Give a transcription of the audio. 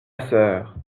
sœur